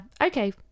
okay